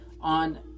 on